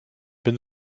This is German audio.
bin